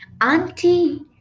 Auntie